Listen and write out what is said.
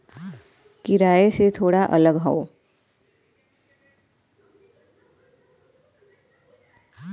किराए से थोड़ा अलग हौ